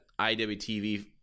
IWTV